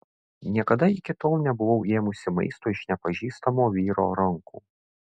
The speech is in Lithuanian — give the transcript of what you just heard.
niekada iki tol nebuvau ėmusi maisto iš nepažįstamo vyro rankų